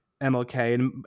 MLK